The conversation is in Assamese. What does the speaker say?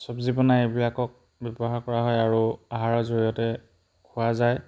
চব্জি বনাই এইবিলাকক ব্যৱহাৰ কৰা হয় আৰু আহাৰৰ জৰিয়তে খোৱা যায়